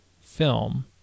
film